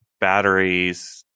batteries